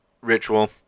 ritual